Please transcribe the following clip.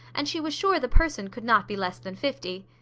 and she was sure the person could not be less than fifty.